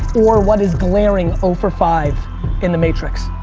or what is glaring oh for five in the matrix?